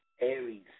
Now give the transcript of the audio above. Aries